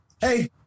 hey